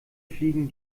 fliegen